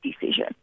decision